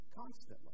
constantly